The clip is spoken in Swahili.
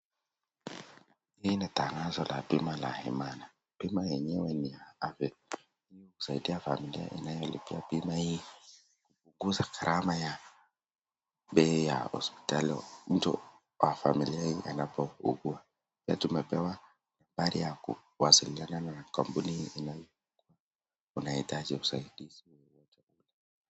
Hii ni tangazo la bima la Imani. Bima yenywewe ni ya afya. Inasaidia familia ianayolipia bima hii kupunguza gharama ya bei ya hiospitali mtu wa familia hii anapougua. Pia tumepewa nambari ya kuwasiliana na kampuni unapohitaji usaidizi.